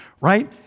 right